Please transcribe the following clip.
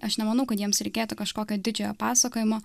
aš nemanau kad jiems reikėtų kažkokio didžiojo pasakojimo